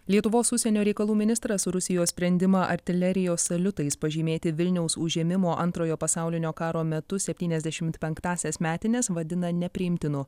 lietuvos užsienio reikalų ministras rusijos sprendimą artilerijos saliutais pažymėti vilniaus užėmimo antrojo pasaulinio karo metu septyniasdešimt penktąsias metines vadina nepriimtinu